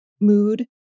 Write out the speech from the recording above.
mood